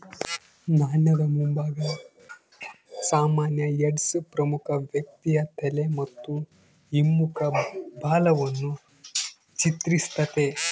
ನಾಣ್ಯದ ಮುಂಭಾಗ ಸಾಮಾನ್ಯ ಹೆಡ್ಸ್ ಪ್ರಮುಖ ವ್ಯಕ್ತಿಯ ತಲೆ ಮತ್ತು ಹಿಮ್ಮುಖ ಬಾಲವನ್ನು ಚಿತ್ರಿಸ್ತತೆ